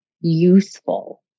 useful